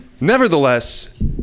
Nevertheless